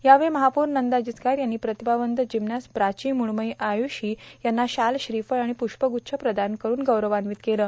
यावेळी महापौर नंदा जिचकार यांनी प्रतिभावंत जिम्नॅस्ट प्राची म़ण्मयी आय्षी यांना शाल श्रीफळ आणि प्ष्पग्च्छ प्रदान करून गौरन्वित केलं